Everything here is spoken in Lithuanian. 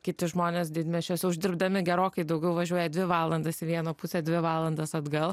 kiti žmonės didmiesčiuose uždirbdami gerokai daugiau važiuoja dvi valandas į vieną pusę dvi valandas atgal